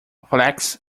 flax